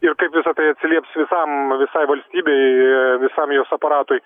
ir kaip visa tai atsilieps visam visai valstybei ir visam jos aparatui